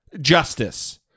justice